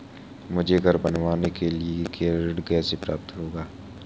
मुझे घर बनवाने के लिए ऋण कैसे प्राप्त होगा?